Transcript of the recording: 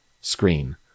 screen